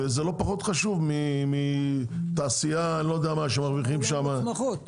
וזה לא פחות חשוב מתעשייה שמרוויחים שם --- יש שם שלושה אולמות שמחות.